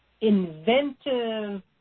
inventive